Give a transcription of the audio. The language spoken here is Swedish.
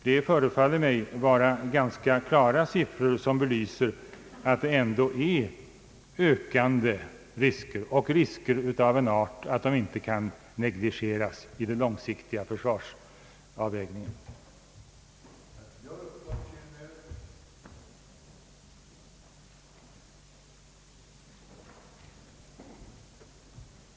Det förefaller mig vara siffror som ganska klart belyser att risken för olika slags konfrontationer är i ökande och att vi här har att göra med risker som inte kan negligeras vid den långsiktiga avvägningen av vårt försvar.